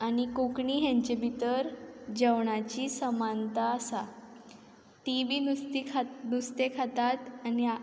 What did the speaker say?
आनी कोंकणी हेंचे भितर जेवणाची समानता आसा तींय बी नुस्तीं खात नुस्तें खातात आनी आ